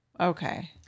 Okay